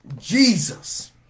Jesus